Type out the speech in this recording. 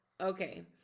Okay